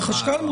החשכ"ל,